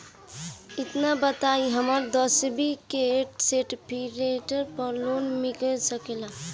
ई बताई हमरा दसवीं के सेर्टफिकेट पर लोन मिल सकेला?